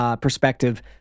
perspective